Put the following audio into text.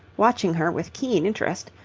watching her with keen interest,